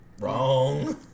Wrong